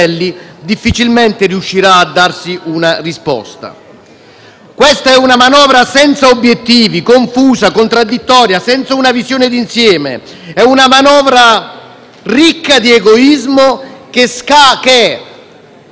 Questa è una manovra senza obiettivi, confusa, contraddittoria, senza una visione di insieme. È una manovra ricca di egoismo che scarica tutte le responsabilità,